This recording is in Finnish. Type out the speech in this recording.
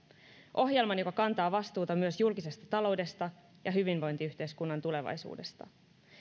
ohjelman joka kantaa vastuuta myös julkisesta taloudesta ja hyvinvointiyhteiskunnan tulevaisuudesta